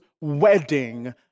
wedding